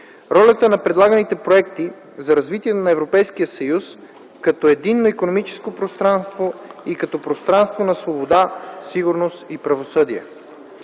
ролята на предлаганите проекти за развитието на Европейския съюз като единно икономическо пространство и като пространство на свобода, сигурност и правосъдие,